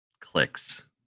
clicks